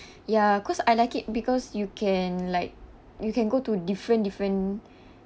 ya cause I like it because you can like you can go to different different